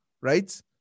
right